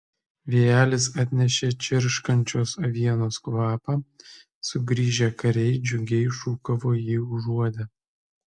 vėjelis atnešė čirškančios avienos kvapą sugrįžę kariai džiugiai šūkavo jį užuodę